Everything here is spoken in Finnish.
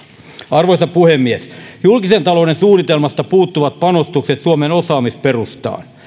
arvoisa puhemies julkisen talouden suunnitelmasta puuttuvat panostukset suomen osaamisperustaan